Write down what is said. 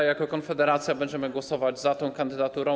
Jako Konfederacja będziemy głosować za tą kandydaturą.